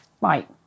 right